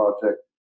Project